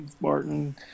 Martin